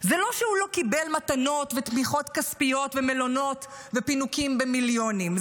זה לא שהוא לא קיבל מתנות ותמיכות כספיות ומלונות ופינוקים במיליונים,